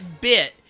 bit